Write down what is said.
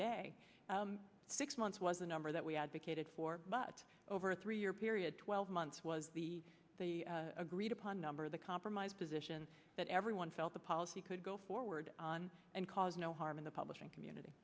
day six months was a number that we advocated for but over a three year period twelve months was the agreed upon number the compromise position that everyone felt the policy could go forward on and cause no harm in the publishing community